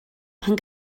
pan